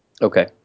Okay